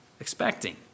expecting